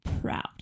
proud